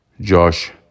Josh